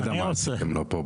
אני לא יודע מה עשיתם לו פה.